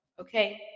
Okay